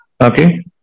Okay